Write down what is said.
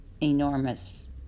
enormous